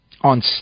on